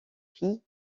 filles